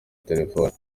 telefoni